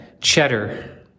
Cheddar